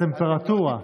זה רק כמה דוגמאות,